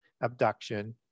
abduction